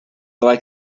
like